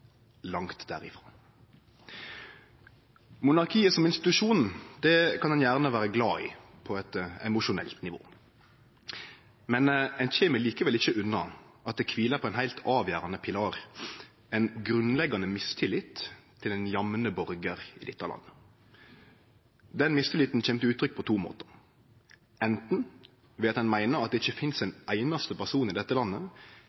langt derifrå. Monarkiet som institusjon kan ein gjerne vere glad i på eit emosjonelt nivå, men ein kjem likevel ikkje unna at det kviler på ein heilt avgjerande pilar: ein grunnleggjande mistillit til den jamne borgar i dette landet. Den mistilliten kjem til uttrykk på to måtar, anten ved at ein meiner at det ikkje finst ein einaste person i dette landet